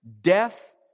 death